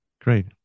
great